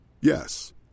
Yes